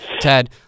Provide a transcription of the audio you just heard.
Ted